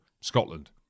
Scotland